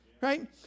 right